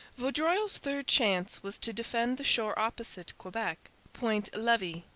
vaudreuil's third chance was to defend the shore opposite quebec, point levis,